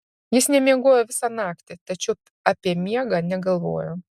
jis nemiegojo visą naktį tačiau apie miegą negalvojo